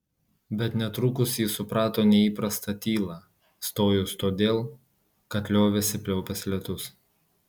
bet netrukus ji suprato neįprastą tylą stojus todėl kad liovėsi pliaupęs lietus